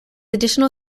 additional